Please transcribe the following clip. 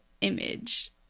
image